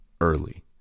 early